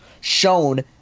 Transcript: shown